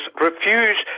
refuse